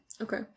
Okay